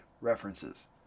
references